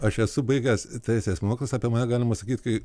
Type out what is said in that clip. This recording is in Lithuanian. aš esu baigęs teisės mokslus apie mane galima sakyt kai